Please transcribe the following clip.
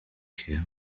care